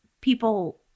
people